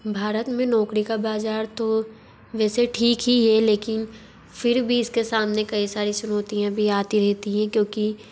भारत मे नौकरी का बाज़ार तो वैसे ठीक ही है लेकिन फिर भी इसके सामने कई सारी चुनौतियाँ भी आती रहती है क्योंकि